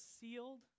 sealed